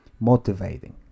motivating